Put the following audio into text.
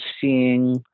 seeing